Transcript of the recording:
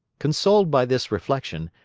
consoled by this reflection,